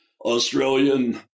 Australian